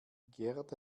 gerd